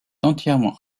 entièrement